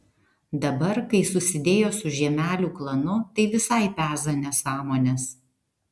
dabar kai susidėjo su žiemelių klanu tai visai peza nesąmones